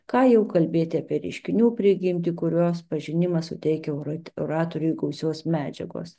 ką jau kalbėti apie reiškinių prigimtį kurios pažinimas suteikia oratoriui gausios medžiagos